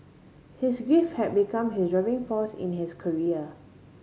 his grief had become his driving force in his career